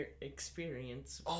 experience